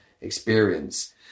experience